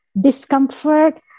discomfort